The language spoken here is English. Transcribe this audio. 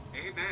Amen